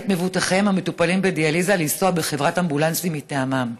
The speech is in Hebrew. את מבוטחיהן המטופלים בדיאליזה לנסוע בחברת אמבולנסים מטעמן,